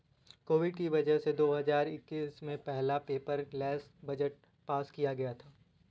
Covid की वजह से दो हजार इक्कीस में पहला पेपरलैस बजट पास किया गया था